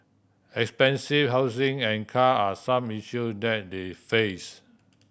expensive housing and car are some issue that they face